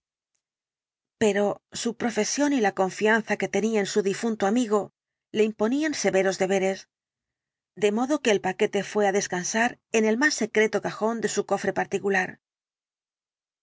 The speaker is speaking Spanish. pero su profesión y la confianza que tenía en su difunto amigo le imponían severos deberes de modo que el paquete fué á descansar en el más secreto cajón de su cofre particular